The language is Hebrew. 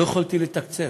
ולא יכולתי לתקצב.